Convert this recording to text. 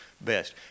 best